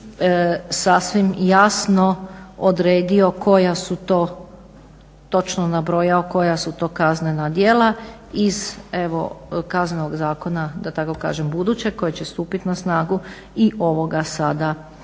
sasvim jasno odredio koja su to, točno nabrojao koja su to kaznena djela iz evo Kaznenog zakona da tako kažem budućeg koji će stupiti na snagu i ovoga sada